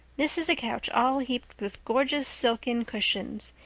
this is a couch all heaped with gorgeous silken cushions,